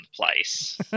place